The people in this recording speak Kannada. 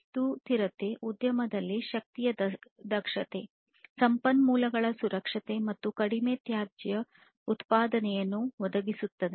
ಸುಸ್ಥಿರ ಉದ್ಯಮವು ಶಕ್ತಿಯ ದಕ್ಷತೆ ಸಂಪನ್ಮೂಲಗಳ ಸಂರಕ್ಷಣೆ ಮತ್ತು ಕಡಿಮೆ ತ್ಯಾಜ್ಯ ಉತ್ಪಾದನೆಯನ್ನು ಒದಗಿಸುತ್ತದೆ